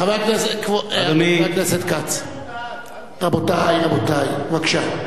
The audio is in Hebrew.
חבר הכנסת כץ, רבותי, בבקשה.